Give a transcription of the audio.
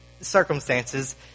circumstances